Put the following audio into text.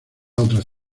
otras